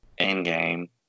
Endgame